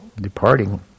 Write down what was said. departing